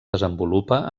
desenvolupa